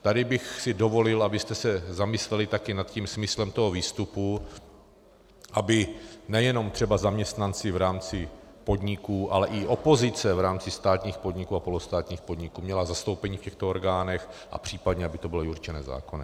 Tady bych si dovolil, abyste se zamysleli také nad smyslem toho výstupu, aby nejenom třeba zaměstnanci v rámci podniků, ale i opozice v rámci státních a polostátních podniků měla zastoupení v těchto orgánech a případně aby to bylo i určené zákonem.